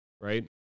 right